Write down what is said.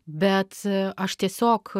bet aš tiesiog